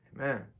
Amen